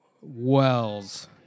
wells